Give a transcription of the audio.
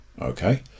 okay